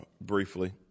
briefly